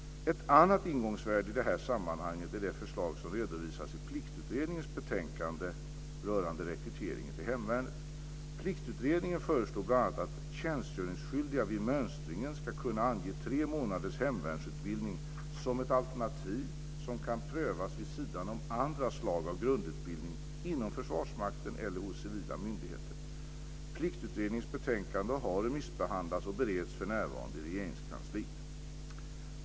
Ett annat ingångsvärde i detta sammanhang är det förslag som redovisas i Pliktutredningens betänkande Pliktutredningen föreslår bl.a. att tjänstgöringsskyldiga vid mönstringen ska kunna ange tre månaders hemvärnsutbildning som ett alternativ som kan prövas vid sidan om andra slag av grundutbildning inom Försvarsmakten eller hos civila myndigheter. Pliktutredningens betänkande har remissbehandlats och bereds för närvarande i Regeringskansliet.